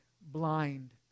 blind